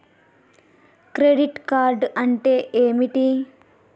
Credit card అంటే ఏమిటి?